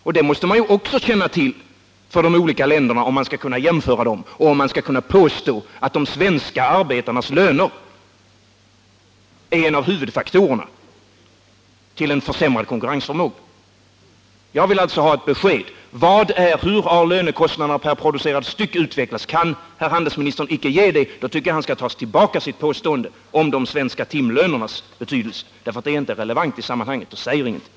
Även detta måste man känna till för de olika länderna, om man skall kunna jämföra dem och om man skall kunna påstå att de svenska arbetarnas löner är en av huvudorsakerna till en försämrad konkurrensförmåga. Jag vill ha ett besked om hur lönekostnaden per producerad enhet har utvecklats. Kan handelsministern inte ge det beskedet, tycker jag att han skall ta tillbaka sitt påstående om de svenska timlönernas betydelse. Det är nämligen inte relevant i sammanhanget och säger ingenting.